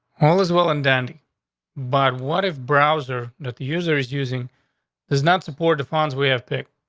all is well and dandy by what if browser that the user is using does not support the funds we have picked?